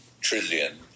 trillion